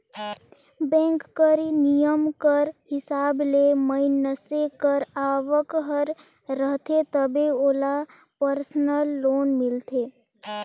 bank कर नियम कर हिसाब ले मइनसे कर आवक हर रहथे तबे ओला परसनल लोन मिलथे